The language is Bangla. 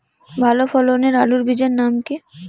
ভালো ফলনের আলুর বীজের নাম কি?